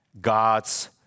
God's